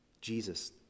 Jesus